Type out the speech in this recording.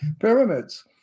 pyramids